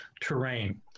terrain